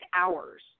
hours